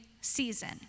season